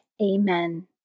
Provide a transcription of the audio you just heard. Amen